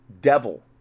devil